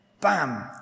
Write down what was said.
bam